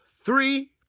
three